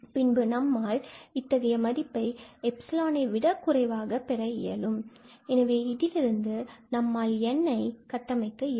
பின்பு நம்மால் இத்தகைய மதிப்பை 𝜖 விட குறைவாக பெற இயலும் எனவே இதிலிருந்து நம்மால் Nஐ கட்டமைக்க இயலும்